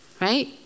right